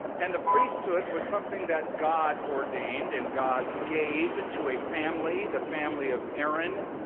and the priesthood was something that god ordained and god gave to a family, the family of aaron,